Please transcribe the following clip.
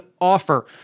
offer